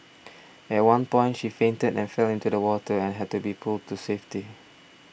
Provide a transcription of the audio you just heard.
at one point she fainted and fell into the water and had to be pulled to safety